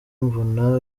mbona